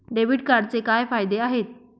Debit कार्डचे काय फायदे आहेत?